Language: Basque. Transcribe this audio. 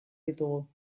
ditugu